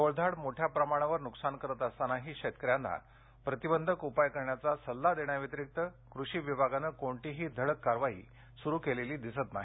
टोळधाड मोठ्याप्रमाणावर नुकसान करत असतानाही शेतकर्या ना प्रतिबंधक उपाय करण्याचा सल्ला देण्याव्यतिरिक्त कृषी विभागानं कोणतीही धडक कारवाई सुरू केलेली दिसत नाही